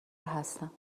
هستم